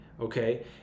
okay